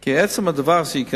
כי עצם הדבר שהאשפוז הסיעודי